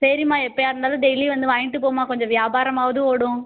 சரிம்மா எப்போயாயிருந்தாலும் டெய்லியும் வந்து வாங்கிட்டுப் போம்மா கொஞ்சம் வியாபாரமாவது ஓடும்